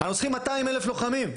אבל אנחנו צריכים 200 אלף לוחמים,